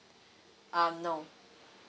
um no